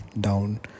down